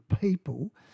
people